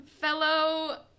fellow